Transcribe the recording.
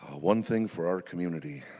one thing for our community